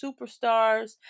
superstars